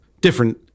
different